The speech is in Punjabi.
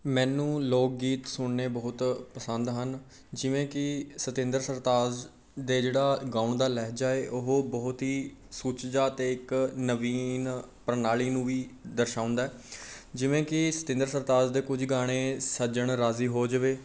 ਮੈਨੂੰ ਲੋਕ ਗੀਤ ਸੁਣਨੇ ਬਹੁਤ ਪਸੰਦ ਹਨ ਜਿਵੇਂ ਕਿ ਸਤਿੰਦਰ ਸਰਤਾਜ ਦੇ ਜਿਹੜਾ ਗਾਉਣ ਦਾ ਲਹਿਜਾ ਹੈ ਉਹ ਬਹੁਤ ਹੀ ਸੁਚੱਜਾ ਅਤੇ ਇੱਕ ਨਵੀਨ ਪ੍ਰਣਾਲੀ ਨੂੰ ਵੀ ਦਰਸਾਉਂਦਾ ਜਿਵੇਂ ਕਿ ਸਤਿੰਦਰ ਸਰਤਾਜ ਦੇ ਕੁਝ ਗਾਣੇ ਸੱਜਣ ਰਾਜ਼ੀ ਹੋ ਜਾਵੇ